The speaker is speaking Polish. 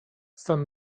stan